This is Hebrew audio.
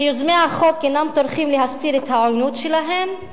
שיוזמי החוק אינם טורחים להסתיר את העוינות שלהם,